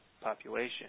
population